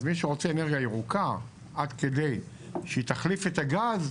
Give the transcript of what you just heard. אז מי שרוצה אנרגיה ירוקה עד כדי שהיא תחליף את הגז,